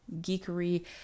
geekery